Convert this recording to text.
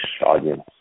audience